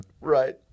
Right